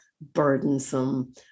burdensome